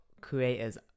creators